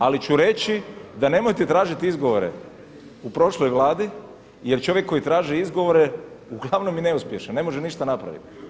Ali ću reći da nemojte tražiti izgovore u prošloj Vladi, jer čovjek koji traži izgovore uglavnom je neuspješan, ne može ništa napraviti.